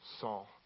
Saul